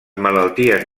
malalties